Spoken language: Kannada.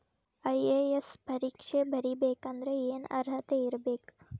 ಐ.ಎ.ಎಸ್ ಪರೇಕ್ಷೆ ಬರಿಬೆಕಂದ್ರ ಏನ್ ಅರ್ಹತೆ ಇರ್ಬೇಕ?